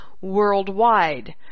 worldwide